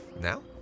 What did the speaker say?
now